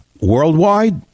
worldwide